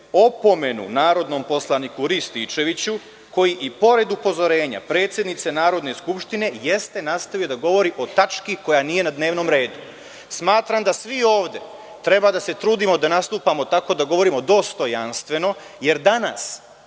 opomenu narodnom poslaniku Rističeviću, koji je i pored upozorenja predsednice Narodne skupštine nastavio da govori o tački koja nije na dnevnom redu. Smatram da svi ovde treba da se trudimo da nastupamo tako da govorimo dostojanstveno, jer danas,